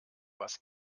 was